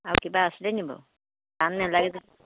আৰু কিবা আছিল নেকি বাৰু পাণ নালাগে য